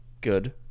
good